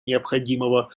необходимого